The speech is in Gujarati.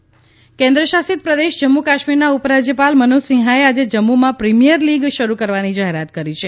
જમ્મુ કાશ્મીર રમત કેન્દ્રશાસીત પ્રદેશ જમ્મુ કાશ્મીરના ઉપરાજ્યપાલ મનોજ સિંહાએ આજે જમ્મુમાં પ્રીમીયર લીગ શરૂ કરવાની જાહેરાત કરી છે